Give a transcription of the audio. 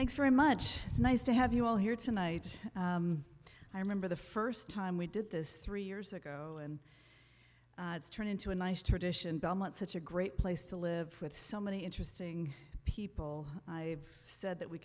very much it's nice to have you all here tonight i remember the st time we did this three years ago and it's turned into a nice tradition belmont such a great place to live with so many interesting people have said that we